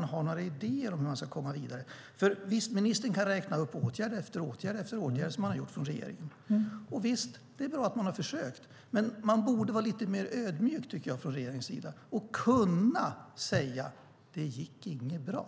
har man några idéer om hur man ska komma vidare? Visst, ministern kan räkna upp åtgärd efter åtgärd som regeringen vidtagit. Det är bra att regeringen försökt, men man borde från regeringens sida vara lite mer ödmjuk och säga att det inte gick bra.